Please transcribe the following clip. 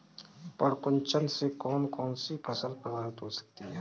पर्ण कुंचन से कौन कौन सी फसल प्रभावित हो सकती है?